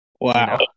Wow